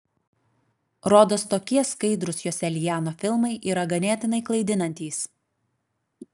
rodos tokie skaidrūs joselianio filmai yra ganėtinai klaidinantys